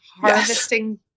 harvesting